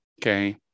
Okay